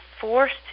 forced